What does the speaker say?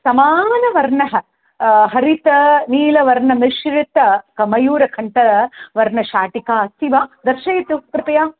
समानवर्णः हरितनीलवर्णमिश्रितमयूरकण्ठवर्णशाटिका अस्ति वा दर्शयतु कृपया